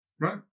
Right